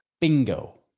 Bingo